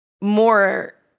more